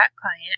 client